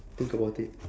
think about it